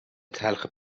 تلخ